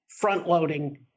front-loading